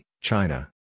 China